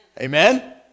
Amen